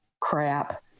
crap